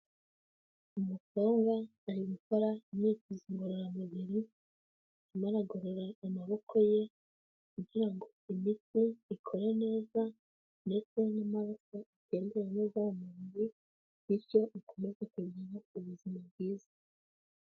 Umukobwa ari gukora imyitozo ngororamubiri, arimo aragorora amaboko ye kugira ngo imitsi ikore neza ndetse n'amaraso atembere neza mu mubiri, bityo akomeze kugira ubuzima bwiza.